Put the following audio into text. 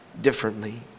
differently